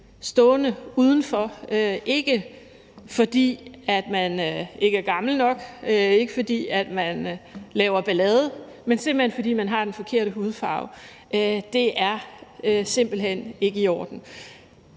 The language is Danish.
stående udenfor – ikke fordi man ikke er gammel nok, ikke fordi man laver ballade, men simpelt hen fordi man har den forkerte hudfarve – er simpelt hen ikke i orden.